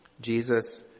Jesus